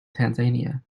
tanzania